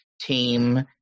team